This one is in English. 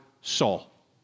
Saul